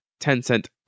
Tencent